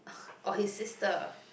or his sister